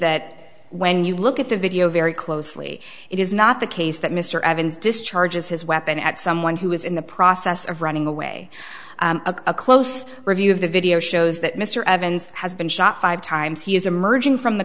that when you look at the video very closely it is not the case that mr evans discharges his weapon at someone who is in the process of running away a close review of the video shows that mr evans has been shot five times he is emerging from the